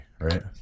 right